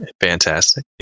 Fantastic